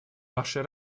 вашей